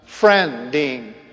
friending